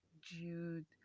Jude